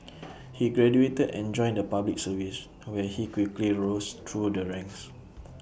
he graduated and joined the Public Service where he quickly rose through the ranks